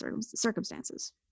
circumstances